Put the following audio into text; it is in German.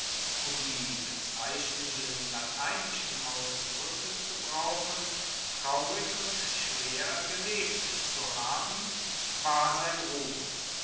um die bezeichnenden lateinischen ausdruecke zu brauchen traurig und schwer gelebt zu haben war sein ruhm